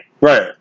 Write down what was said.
right